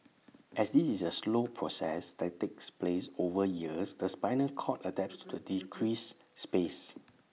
as this is A slow process that takes place over years the spinal cord adapts to the decreased space